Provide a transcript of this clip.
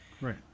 right